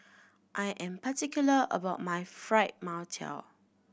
I am particular about my Fried Mantou